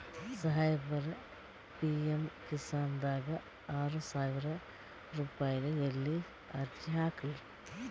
ಸಾಹೇಬರ, ಪಿ.ಎಮ್ ಕಿಸಾನ್ ದಾಗ ಆರಸಾವಿರ ರುಪಾಯಿಗ ಎಲ್ಲಿ ಅರ್ಜಿ ಹಾಕ್ಲಿ?